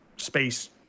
space